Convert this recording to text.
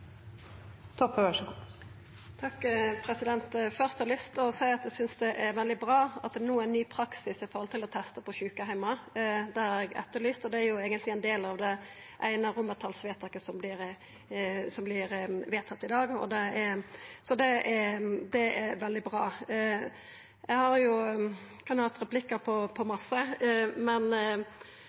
veldig bra at det no er ein ny praksis med tanke på å testa på sjukeheimar. Det har eg etterlyst. Det er jo eigentleg ein del av det eine romartalsvedtaket i dag – så det er veldig bra. Eg kunne hatt replikkar på masse, men det er jo eit forslag om obligatorisk testing vi skal diskutera i dag. Statsråden viser i sitt svar til komiteen til Island, som har